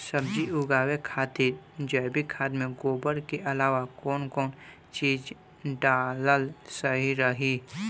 सब्जी उगावे खातिर जैविक खाद मे गोबर के अलाव कौन कौन चीज़ डालल सही रही?